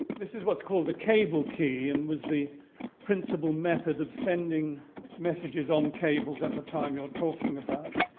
this is what's called the cable key and was the principle method of sending messages on cables at the time you're talking about.